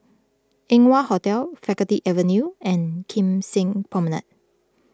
Eng Wah Hotel Faculty Avenue and Kim Seng Promenade